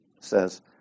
says